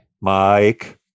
Mike